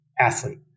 athlete